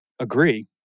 Agree